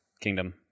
Kingdom